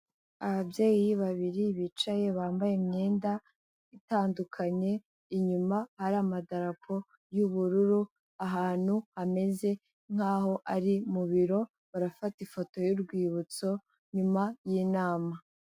Ababyeyi babiri bicaye bambaye imyenda itandukanye, inyuma hari amadarapo y'ubururu, ahantu hameze nk'aho ari mu biro, barafata ifoto y'urwibutso nyuma y'inama.